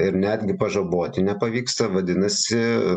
ir netgi pažaboti nepavyksta vadinasi